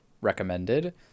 recommended